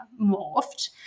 morphed